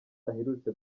aherutse